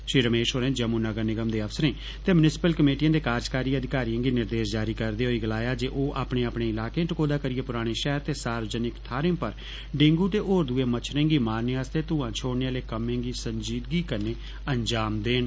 श्री रमेश होरें जम्मू नगर निगम अफसरें ते म्यूनिंसिपल कमेंटियें दे कार्जकारी अधिकारियें गी निर्देश जारी करर्दे होई गलाया जे ओ अपने अपने ईलाके टकोहदा करियै पुराने शैहर ते सार्वजनिक थ्हारें पर ढेंगू ते होर दुए मच्छरें गी मारने आस्तै घुआं छोड़ने आहले कम्मै गी संजीदगी कन्नै अंजाम देन